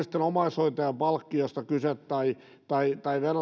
sitten omaishoitajan palkkiosta tai tai